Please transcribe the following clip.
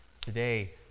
Today